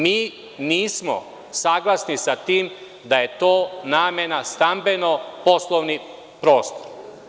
Mi nismo saglasni sa tim da je to namena stambeno-poslovni prostor.